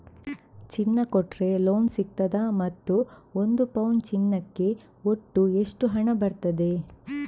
ಚಿನ್ನ ಕೊಟ್ರೆ ಲೋನ್ ಸಿಗ್ತದಾ ಮತ್ತು ಒಂದು ಪೌನು ಚಿನ್ನಕ್ಕೆ ಒಟ್ಟು ಎಷ್ಟು ಹಣ ಬರ್ತದೆ?